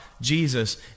Jesus